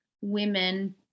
women